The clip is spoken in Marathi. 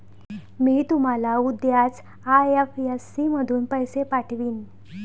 मी तुम्हाला उद्याच आई.एफ.एस.सी मधून पैसे पाठवीन